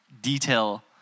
detail